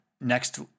next